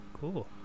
Cool